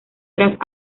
tras